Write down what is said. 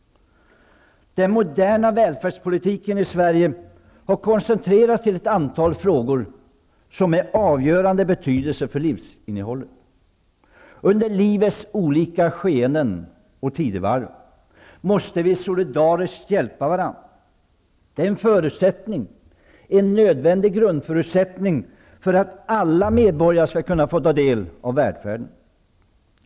Den moderna välfärdspolitiken i Sverige har koncentrerats till ett antal frågor, som är av avgörande betydelse för livsinnehållet. Under livets olika skeenden och tidevarv måste vi solidariskt hjälpa varandra. Det är en förutsättning, en nödvändig grundförutsättning för att alla medborgare skall kunna få ta del av välfärden.